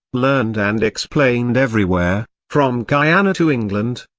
learned and explained everywhere, from guyana to england,